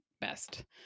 best